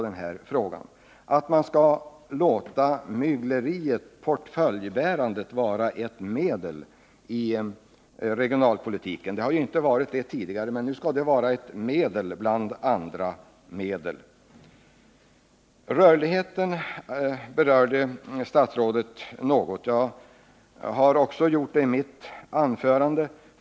Man skall inte låta mygleriet, portföljbärandet, vara ett medel i regionalpolitiken. Det har inte varit det tidigare, men nu skall det tydligen vara ett medel bland andra medel. Rörligheten berörde statsrådet något. Jag har också gjort det i mitt anförande.